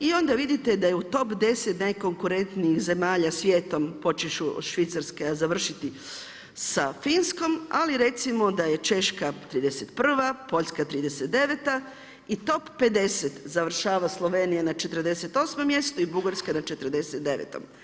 I onda vidite da je u top 10 najkonkurentniji zemalja svijetom počevši od Švicarske a završiti sa Finskom, ali recimo da je Češka 31., Poljska 39. i top 50 završava Slovenija na 48 mjestu i Bugarska na 49.